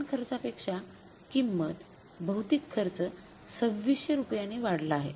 प्रमाण खर्चापेक्षा किंमत भौतिक खर्च २६०० रुपयांनी वाढला आहे